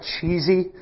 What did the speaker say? cheesy